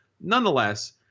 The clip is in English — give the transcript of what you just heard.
Nonetheless